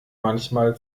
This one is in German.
manchmal